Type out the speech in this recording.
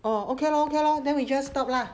orh okay lor okay lor then we just stop lah